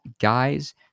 guys